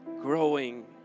growing